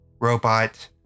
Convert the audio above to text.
robot